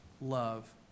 love